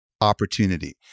opportunity